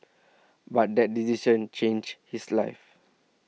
but that decision changed his life